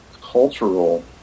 cultural